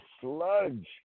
sludge